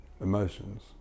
emotions